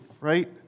right